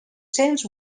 cents